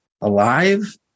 Alive